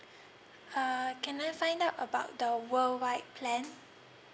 uh can I find out about the worldwide plan